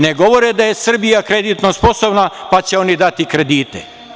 Ne govore da je Srbija kreditno sposobna, pa će oni dati kredite.